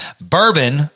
bourbon